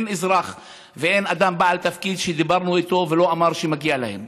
אין אזרח ואין אדם בעל תפקיד שדיברנו איתו ולא אמר שמגיע להם.